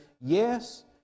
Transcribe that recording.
yes